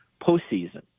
postseason